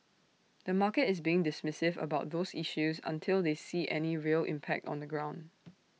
the market is being dismissive about those issues until they see any real impact on the ground